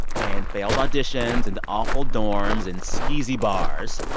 and failed auditions, and awful dorms and skeezy bars.